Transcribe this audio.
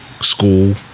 School